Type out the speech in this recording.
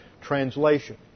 translation